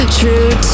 true